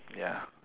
ya